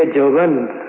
it'll ruin